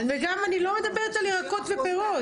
וגם, אני לא מדברת על ירקות ופירות.